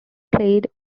played